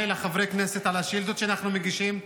לחברי הכנסת על השאילתות שאנחנו מגישים.